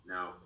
Now